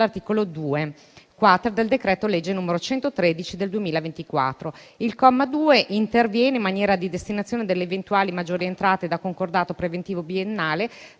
all'articolo 2-*quater* del decreto-legge n. 113 del 2024. Il comma 2 interviene in materia di destinazione delle eventuali maggiori entrate da concordato preventivo biennale,